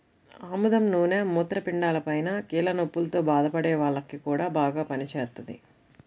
ఆముదం నూనె మూత్రపిండాలపైన, కీళ్ల నొప్పుల్తో బాధపడే వాల్లకి గూడా బాగా పనిజేత్తది